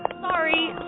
Sorry